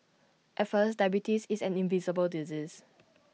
at first diabetes is an invisible disease